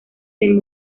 del